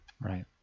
Right